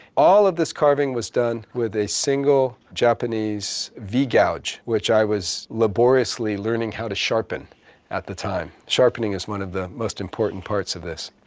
all of this carving was done with a single japanese v-gouge, which i was laboriously learning how to sharpen at the time. sharpening is one of the most important parts of this.